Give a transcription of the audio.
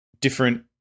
different